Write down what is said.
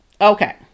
Okay